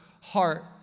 heart